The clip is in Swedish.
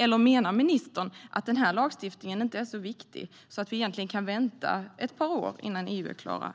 Eller menar ministern att den här lagstiftningen inte är så viktig så att vi egentligen kan vänta ett par år tills processen är klar